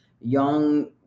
young